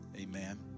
Amen